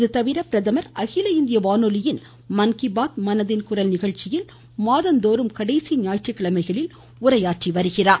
இதுதவிர பிரதமர் அகில இந்திய வானொலியில் மன் கி பாத் மனதின் குரல் நிகழ்ச்சியில் மாதந்தோறும் கடைசி ஞாயிற்றுக்கிழமைகளில் உரையாற்றி வருகிறார்